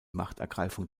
machtergreifung